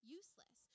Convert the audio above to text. useless